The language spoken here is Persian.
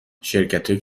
شرکتهایی